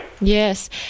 Yes